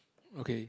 okay